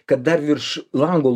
kad dar virš lango